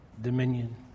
dominion